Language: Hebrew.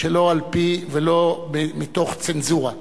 שלא על-פי, ולא מתוך צנזורה.